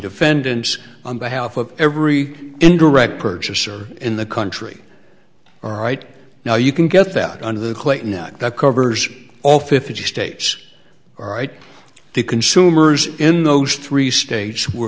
defendants on behalf of every indirect purchaser in the country all right now you can get that under the clayton act that covers all fifty states all right the consumers in those three states were